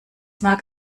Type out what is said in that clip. mag